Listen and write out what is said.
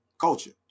Culture